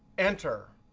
enter.